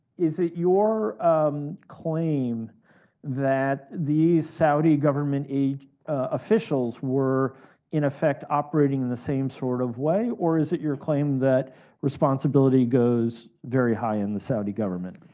is it your um claim that the saudi government officials were in effect operating in the same sort of way? or is it your claim that responsibility goes very high in the saudi government?